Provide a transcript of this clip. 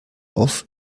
auf